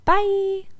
Bye